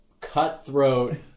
cutthroat